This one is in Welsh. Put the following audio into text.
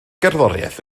gerddoriaeth